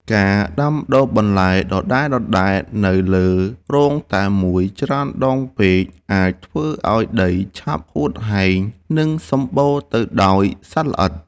ការដាំដុះបន្លែដដែលៗនៅលើរងតែមួយច្រើនដងពេកអាចធ្វើឱ្យដីឆាប់ហួតហែង និងសម្បូរទៅដោយសត្វល្អិត។